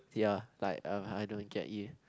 ya like I don't get you